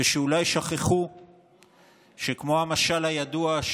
ושאולי שכחו שכמו במשל הידוע,